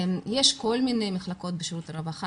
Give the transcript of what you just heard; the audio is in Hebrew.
יש כל מיני מחלקות בשירותי הרווחה